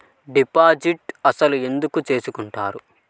Deposit అసలు ఎందుకు చేసుకుంటారు?